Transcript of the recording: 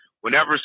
whenever